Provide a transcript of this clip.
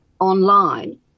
online